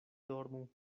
dormu